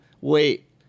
wait